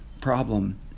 problem